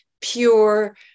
pure